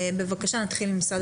בבקשה, נתחיל עם משרד